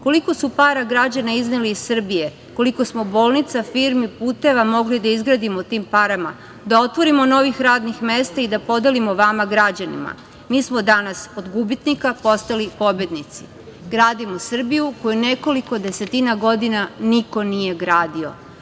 Koliko su para građani izneli iz Srbije, koliko smo bolnica, firmi, puteva mogli da izgradimo tim parama, da otvorimo novih radnih mesta i da podelimo vama građanima. Mi smo danas od gubitnika postali pobednici. Gradimo Srbiju koju nekoliko desetina godina niko nije gradio.